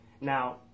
Now